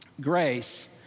Grace